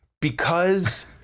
because-